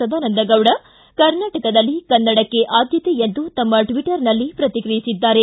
ಸದಾನಂದಗೌಡ ಕರ್ನಾಟಕದಲ್ಲಿ ಕನ್ನಡಕ್ಕೆ ಆದ್ಯಕೆ ಎಂದು ತಮ್ಮ ಟ್ವೀಟರ್ನಲ್ಲಿ ಪ್ರತಿಕ್ರಿಯಿಸಿದ್ದಾರೆ